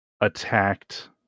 attacked